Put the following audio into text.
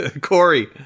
Corey